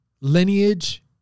lineage